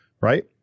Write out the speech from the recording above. Right